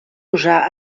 usar